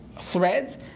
threads